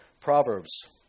Proverbs